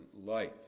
life